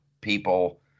people